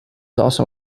also